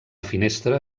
finestra